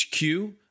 HQ